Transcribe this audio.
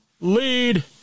lead